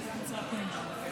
כולם צועקים.